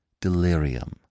delirium